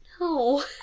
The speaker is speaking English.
No